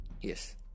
yes